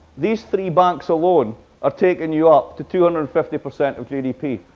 these three banks alone are taking you up to two hundred and fifty percent of gdp,